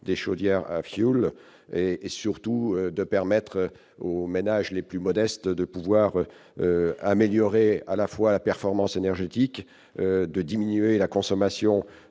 des chaudières à fioul et surtout de permettre aux ménages les plus modestes de pouvoir améliorer à la fois la performance énergétique de diminuer la consommation